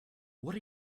what